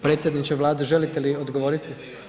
Predsjedniče Vlade, želite li odgovoriti?